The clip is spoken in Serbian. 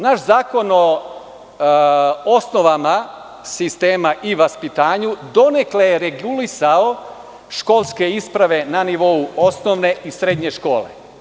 Naš Zakon o osnovama sistema i vaspitanju donekle je regulisao školske isprave na nivou osnovne i srednje škole.